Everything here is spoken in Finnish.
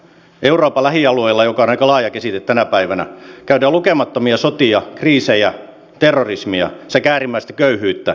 euroopan lähialueilla joka on aika laaja käsite tänä päivänä käydään lukemattomia sotia on kriisejä terrorismia sekä äärimmäistä köyhyyttä